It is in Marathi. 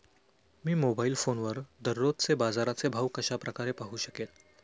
मी मोबाईल फोनवर दररोजचे बाजाराचे भाव कशा प्रकारे पाहू शकेल?